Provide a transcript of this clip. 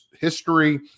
history